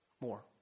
more